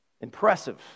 Impressive